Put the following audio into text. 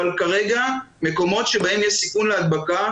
אבל כרגע מקומות שיש בהם סיכון להדבקה,